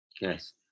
Yes